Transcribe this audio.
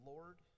Lord